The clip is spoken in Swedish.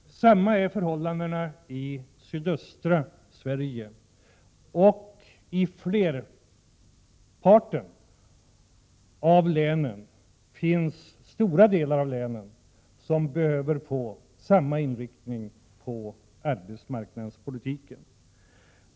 Detsamma är förhållandet i sydöstra Sverige. I flerparten av länen finns det stora områden där man behöver få samma inriktning på arbetsmarknadspolitiken.